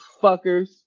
fuckers